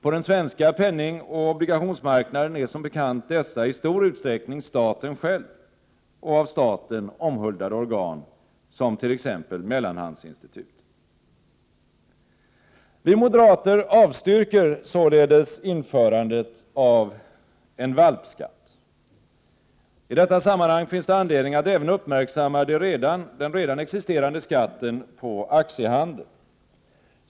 På den svenska penningoch obligationsmarknaden är som bekant dessa i stor utsträckning staten själv och av staten omhuldade organ, t.ex. mellanhandsinstituten. Vi moderater avstyrker således införandet av en valpskatt. I detta sammanhang finns det anledning att även uppmärksamma den redan existerande skatten på aktiehandel.